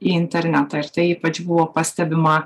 į internetą ir tai ypač buvo pastebima